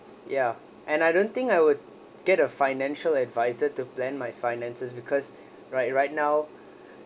ya and I don't think I would get a financial adviser to plan my finances because like right now